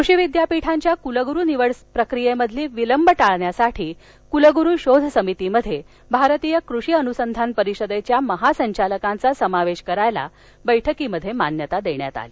कृषी विद्यापीठांच्या क्लग्रू निवड प्रक्रियेतील विलंब टाळण्यासाठी कुलग्रु शोध समितीमध्ये भारतीय कृषी अनुसंधान परिषदेचे महासंचालकांचा समावेश करण्याला बैठकीत मान्यता देण्यात आली